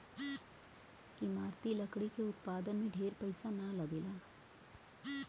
इमारती लकड़ी के उत्पादन में ढेर पईसा ना लगेला